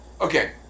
Okay